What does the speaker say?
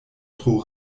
tro